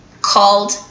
called